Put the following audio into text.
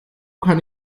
kann